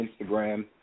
Instagram